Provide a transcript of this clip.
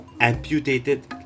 amputated